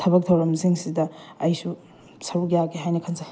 ꯊꯕꯛ ꯊꯧꯔꯝꯁꯤꯡꯁꯤꯗ ꯑꯩꯁꯨ ꯁꯔꯨꯛ ꯌꯥꯒꯦ ꯍꯥꯏꯅ ꯈꯟꯖꯩ